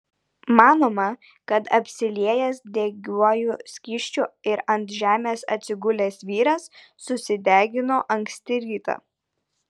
manoma kad apsiliejęs degiuoju skysčiu ir ant žemės atsigulęs vyras susidegino anksti rytą